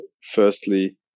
firstly